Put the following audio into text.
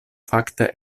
fakte